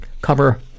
Cover